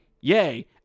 Yay